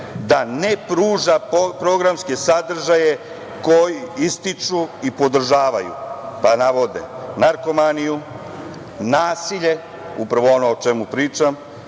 da ne pruža programske sadržaje koji ističu i podržavaju, pa navode narkomaniju, nasilje, upravo ono o čemu pričam,